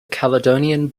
caledonian